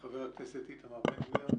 חבר הכנסת איתמר בן גביר.